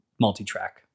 multi-track